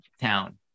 town